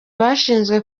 bashinzwe